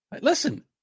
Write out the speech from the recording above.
Listen